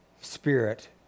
spirit